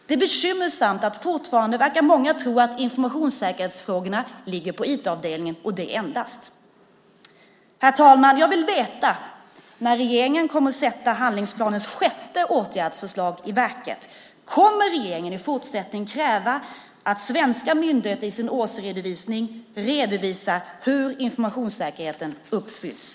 Det är bekymmersamt att många fortfarande verkar tro att informationssäkerhetsfrågorna ligger på IT-avdelningen, och endast där. Herr talman! Jag vill veta när regeringen kommer att sätta handlingsplanens sjätte åtgärdsförslag i verket. Kommer regeringen i fortsättningen att kräva att svenska myndigheter i sin årsredovisning redovisar hur informationssäkerheten uppfylls?